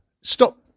stop